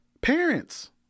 Parents